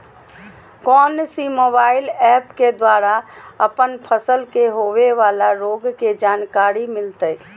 कौन सी mobile app के द्वारा अपन फसल के होबे बाला रोग के जानकारी मिलताय?